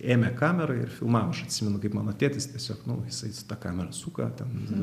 ėmė kamerą ir filmavo aš atsimenu kaip mano tėtis tiesiog nu jisai su ta kamera suka ten